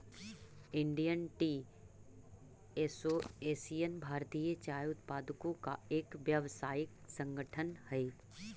Indian tea association भारतीय चाय उत्पादकों का एक व्यावसायिक संगठन हई